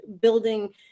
building